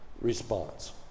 response